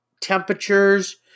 temperatures